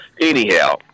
anyhow